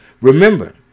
Remember